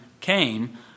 came